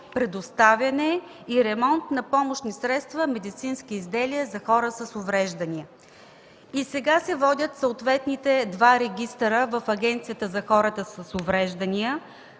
предоставяне и ремонт на помощни средства и медицински изделия за хора с увреждания. И сега се водят съответни два регистъра в Агенцията за хора с увреждания,